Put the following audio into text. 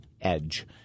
Edge